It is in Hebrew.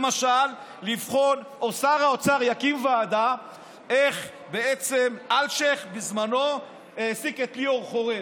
או שר האוצר יקים ועדה איך בעצם אלשיך בזמנו העסיק את ליאור חורב.